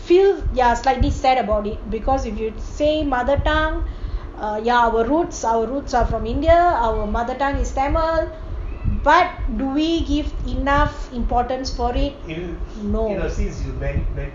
feel ya slightly sad about it because if you you say mother tongue ah ya our routes our routes are from india our mothertongue is tamil but do we give enough importance for it no